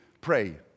pray